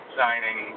signing